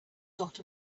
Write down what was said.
dot